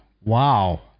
Wow